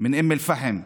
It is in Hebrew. מאום אל-פחם,